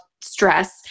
stress